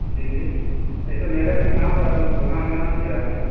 جی جی ایسے میرٹھ میں کہاں پر ہے آپ کی دکان کا نام کیا ہے آپ کے